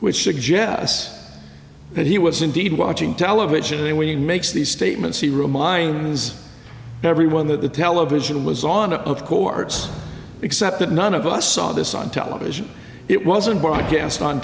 which suggests that he was indeed watching television and when you makes these statements he reminds everyone that the television was on of courts except that none of us saw this on television it wasn't broadcast on